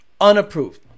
unapproved